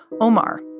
Omar